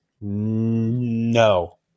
No